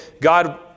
God